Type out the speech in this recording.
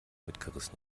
mitgerissen